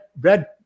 red